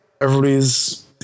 everybody's